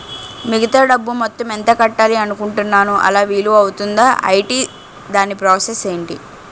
మిగతా డబ్బు మొత్తం ఎంత కట్టాలి అనుకుంటున్నాను అలా వీలు అవ్తుంధా? ఐటీ దాని ప్రాసెస్ ఎంటి?